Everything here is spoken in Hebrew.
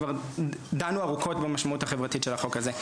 כבר דנו ארוכות במשמעות החברתית של החוק הזה.